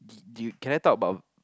do you can I talk about